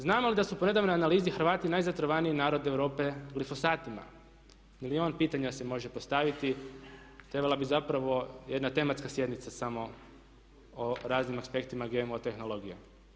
Znamo li da su po nedavnoj analizi Hrvati najzatrovaniji narod Europe glyphosatima, milijun pitanja se može postaviti, trebalo bi zapravo jedna tematska sjednica samo o raznim aspektima GMO tehnologije?